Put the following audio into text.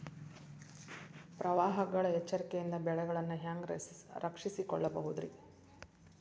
ಪ್ರವಾಹಗಳ ಎಚ್ಚರಿಕೆಯಿಂದ ಬೆಳೆಗಳನ್ನ ಹ್ಯಾಂಗ ರಕ್ಷಿಸಿಕೊಳ್ಳಬಹುದುರೇ?